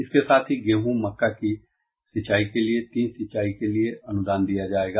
इसके साथ ही गेहूं मक्का की तीन सिंचाई के लिए अनुदान दिया जायेगा